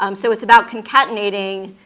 um so it's about concatenating,